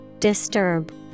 Disturb